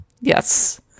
Yes